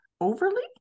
overly